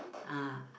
ah